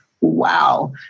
Wow